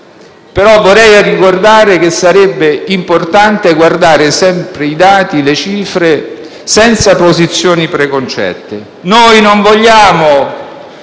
ricordando però che sarebbe importante guardare sempre ai dati e alle cifre senza posizioni preconcette. Noi non vogliamo